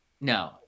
No